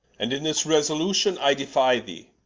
and in this resolution, i defie thee,